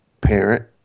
parent